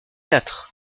quatre